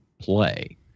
play